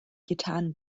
getan